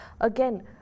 again